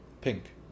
Pink